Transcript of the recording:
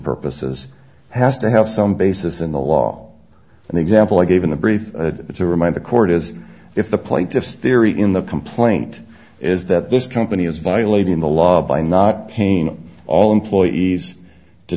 purposes has to have some basis in the law and the example i gave in the brief to remind the court is if the plaintiffs theory in the complaint is that this company is violating the law by not painting all employees to